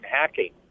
hacking